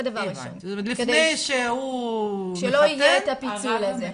שלא יהיה את הפיצול הזה.